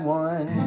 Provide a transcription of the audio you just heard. one (